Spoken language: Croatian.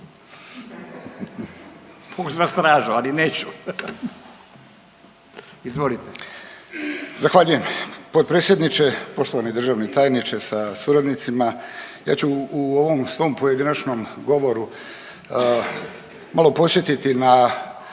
Pozvat stražu, ali neću. Izvolite.